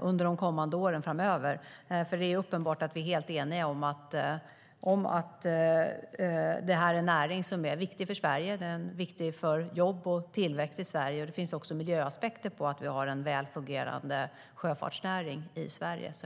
under de kommande åren framöver. Det är uppenbart att vi är helt eniga om att detta är en näring som är viktig för Sverige. Den är viktig för jobb och tillväxt i Sverige, och det finns också miljöaspekter på att vi har en väl fungerande sjöfartsnäring i Sverige.